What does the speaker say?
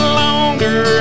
longer